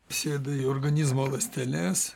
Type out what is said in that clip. sėda į organizmo ląsteles